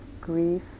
grief